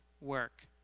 work